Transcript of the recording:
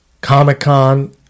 Comic-Con